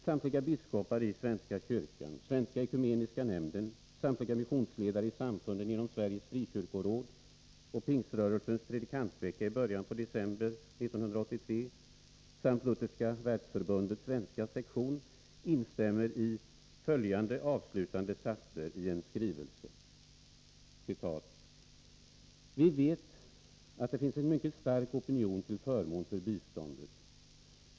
Samtliga biskopar i svenska kyrkan, Svenska ekumeniska nämnden, samtliga missionsledare i samfunden inom Sveriges Frikyrkoråd och pingströrelsens predikantvecka i början på december 1983 samt Lutherska världsförbundets svenska sektion instämmer i följande avslutande satser i en skrivelse: ”Vi vet att det finns en mycket stark opinion till förmån för biståndet.